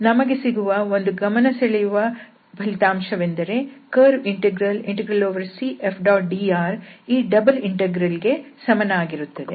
ನಮಗೆ ಸಿಗುವ ಒಂದು ಗಮನಸೆಳೆಯುವ ಫಲಿತಾಂಶವೆಂದರೆ ಕರ್ವ್ ಇಂಟೆಗ್ರಲ್ CF⋅dr ಈ ಡಬಲ್ ಇಂಟೆಗ್ರಲ್ಗೆ ಸಮನಾಗಿರುತ್ತದೆ